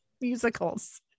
musicals